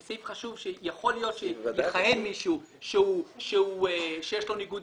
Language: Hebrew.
יכול להיות שיכהן מישהו שיש לו ניגוד